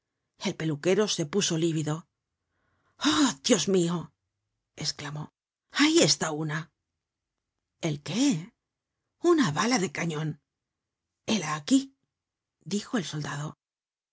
el peluquero se puso lívido ah dios mio esclamó ahí está una el qué una bala de cañon hela aquí dijo el soldado